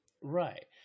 Right